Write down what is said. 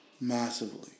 Massively